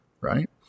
right